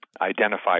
identify